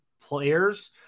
players